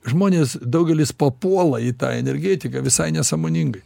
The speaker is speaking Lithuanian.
žmonės daugelis papuola į tą energetiką visai nesąmoningai